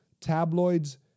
Tabloids